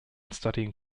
studying